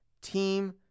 Team